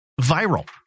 viral